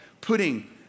putting